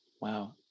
Wow